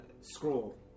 Scroll